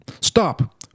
Stop